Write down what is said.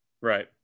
Right